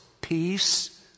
peace